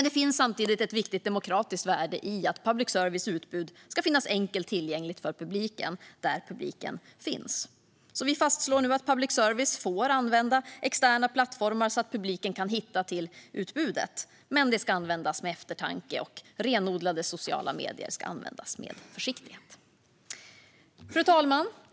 Det finns samtidigt ett viktigt demokratiskt värde i att public services utbud ska finnas enkelt tillgängligt för publiken där publiken finns. Vi fastslår nu att public service får använda externa plattformar så att publiken kan hitta till utbudet. Men det ska användas med eftertanke, och renodlade sociala medier ska användas med försiktighet. Fru talman!